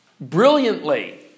brilliantly